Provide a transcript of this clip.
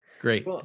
Great